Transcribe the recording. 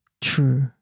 true